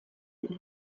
ere